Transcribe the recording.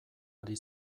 ari